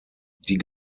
die